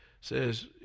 says